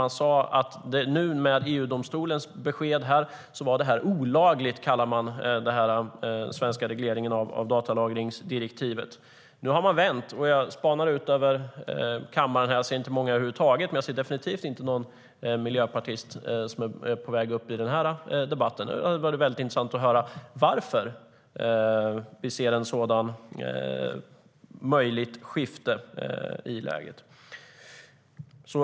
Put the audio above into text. I och med EU-domstolens besked kallade man den svenska regleringen av datalagringsdirektivet olaglig. Nu har man vänt. Jag spanar ut över kammaren. Jag ser inte många över huvud taget. Men jag ser definitivt inte någon miljöpartist som är på väg upp i denna debatt. Det hade varit intressant att höra varför vi ser ett sådant möjligt skifte. Det efterlyser jag.